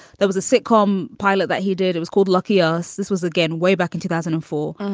there was a sitcom pilot that he did. it was called lucky us. this was, again, way back in two thousand and four.